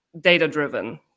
data-driven